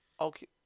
Okay